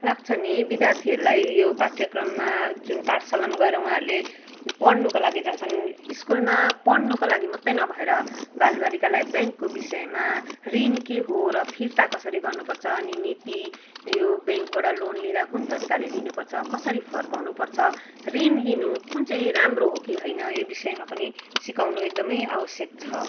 लाग्छ नि विद्यार्थीहरूलाई यो पाठ्यक्रममा जुन पाठशालामा गएर उहाँहरूले पढ्नुको लागि जान्छन् स्कुलमा पढ्नुको लागि मात्र नभएर बाल बालिकालाई ब्याङ्कको विषयमा ऋण के हो र फिर्ता कसरी गर्नु पर्छ अनि नीति यो ब्याङ्कबाट लोन लिँदा कुन तरिकाले लिनु पर्छ कसरी फर्काउनु पर्छ ऋण लिनु कुन चाहिँ राम्रो हो कि होइन यो विषयमा पनि सिकाउनु एकदम आवश्यक छ